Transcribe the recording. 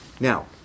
Now